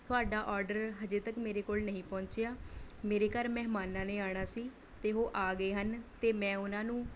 ਤੁਹਾਡਾ ਆਰਡਰ ਹਜੇ ਤੱਕ ਮੇਰੇ ਕੋਲ ਨਹੀਂ ਪਹੁੰਚਿਆ ਮੇਰੇ ਘਰ ਮਹਿਮਾਨਾਂ ਨੇ ਆਉਣਾ ਸੀ ਅਤੇ ਉਹ ਆ ਗਏ ਹਨ ਅਤੇ ਮੈਂ ਉਨ੍ਹਾਂ ਨੂੰ